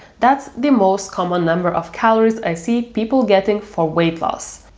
that's the most common number of calories i see people getting for weight loss.